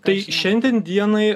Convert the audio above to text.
tai šiandien dienai